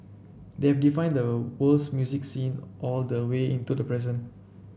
they have defined the world's music scene all the way into the present